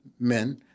men